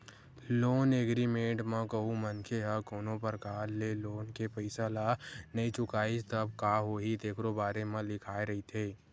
loan agreement म कहूँ मनखे ह कोनो परकार ले लोन के पइसा ल नइ चुकाइस तब का होही तेखरो बारे म लिखाए रहिथे